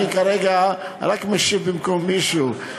אני כרגע רק משיב במקום מישהו,